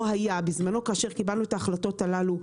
כאשר קיבלנו את ההחלטות הללו,